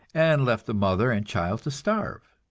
and left the mother and child to starve.